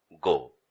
go